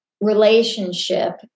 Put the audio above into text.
relationship